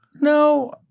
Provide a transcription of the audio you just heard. No